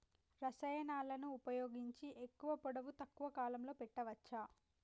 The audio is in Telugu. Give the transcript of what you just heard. రసాయనాలను ఉపయోగించి ఎక్కువ పొడవు తక్కువ కాలంలో పెంచవచ్చా?